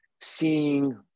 seeing